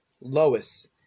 Lois